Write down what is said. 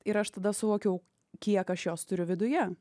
ir aš tada suvokiau kiek aš jos turiu viduje